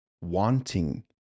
wanting